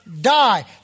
die